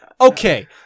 okay